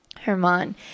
Herman